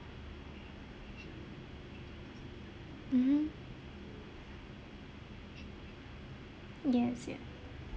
mmhmm yes ya